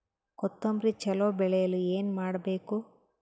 ಕೊತೊಂಬ್ರಿ ಚಲೋ ಬೆಳೆಯಲು ಏನ್ ಮಾಡ್ಬೇಕು?